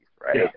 right